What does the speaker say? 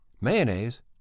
mayonnaise